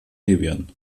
libyen